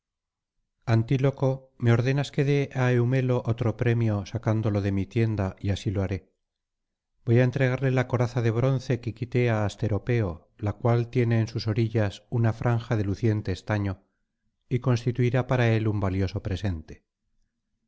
antíloco me ordenas que dé á eumelo otro premio sacándolo de mi tienda y así lo haré voy á entregarle la coraza de bronce que quité á asteropeo la cual tiene en sus orillas una franja de luciente estaño y constituirá para él un valioso presente